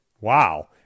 wow